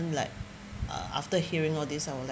like uh after hearing all these I was like